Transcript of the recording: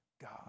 God